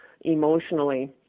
emotionally